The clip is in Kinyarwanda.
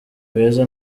beza